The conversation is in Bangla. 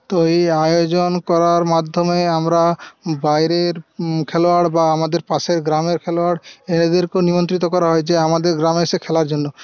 তো এই আয়োজন করার মাধ্যমে আমরা বাইরের খেলোয়াড় বা আমাদের পাশের গ্রামের খেলোয়াড় এদেরকেও নিমন্ত্রিত করা হয় যে আমাদের গ্রামে এসে খেলার জন্য